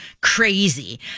crazy